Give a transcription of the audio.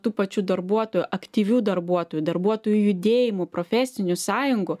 tų pačių darbuotojų aktyvių darbuotojų darbuotojų judėjimų profesinių sąjungų